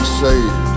saved